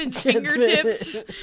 fingertips